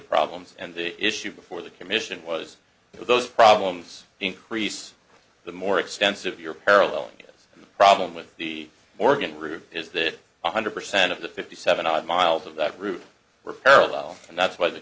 problems and the issue before the commission was those problems increase the more extensive you're paralleling problem with the organ group is that one hundred percent of the fifty seven odd miles of that route were parallel and that's why the